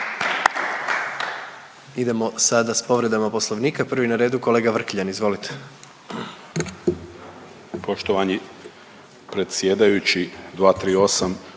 Idemo sada s povredama Poslovnika. Prvi na redu kolega Vrkljan, izvolite.